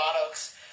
products